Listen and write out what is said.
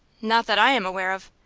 not that i am aware of.